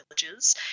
villages